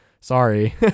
sorry